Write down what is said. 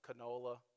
Canola